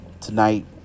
Tonight